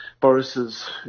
Boris's